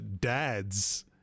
dads